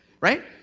right